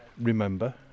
remember